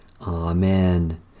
Amen